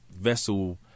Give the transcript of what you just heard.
vessel